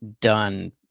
done